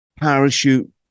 parachute